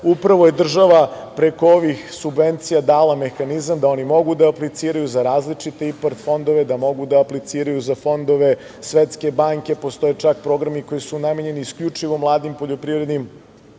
selo. Upravo je država preko ovih subvencija dala mehanizam da oni mogu da apliciraju za različite IPARD fondove, da mogu da apliciraju za fondove Svetske banke, a postoje i čak programi koji su namenjeni isključivo mladim poljoprivrednim